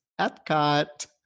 Epcot